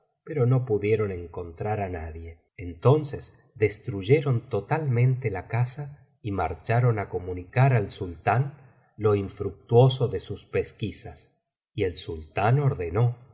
pero no pudieron encontrar á nadie entonces destruye biblioteca valenciana generalitat valenciana historia de dulce amiga ron totalmente la casa y marcharon á comunicar al sultán lo infructuoso de sus pesquisas y el sultán ordenó